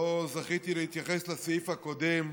לא זכיתי להתייחס לסעיף הקודם,